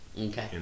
Okay